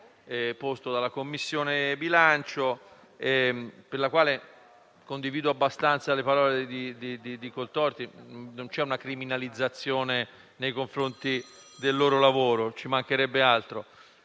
posto dalla Commissione bilancio, per la quale condivido abbastanza le parole del senatore Coltorti; non c'è una criminalizzazione nei confronti del suo lavoro, ci mancherebbe altro.